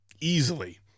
Easily